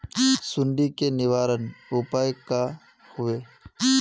सुंडी के निवारण उपाय का होए?